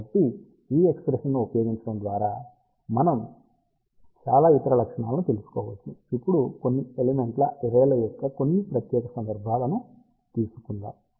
కాబట్టి ఆ ఎక్ష్ప్రెషన్ ని ఉపయోగించడం ద్వారా మనం చాలా ఇతర లక్షణాలను తెలుసుకోవచ్చు ఇప్పుడు కొన్ని ఎలిమెంట్ల అర్రేల యొక్క కొన్ని ప్రత్యేక సందర్భాలను తీసుకుందాం